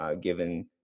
given